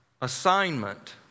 assignment